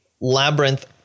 Labyrinth